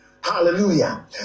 Hallelujah